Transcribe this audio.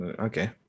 Okay